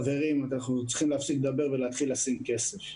חברים, צריך להפסיק לדבר ולהתחיל לשים כסף.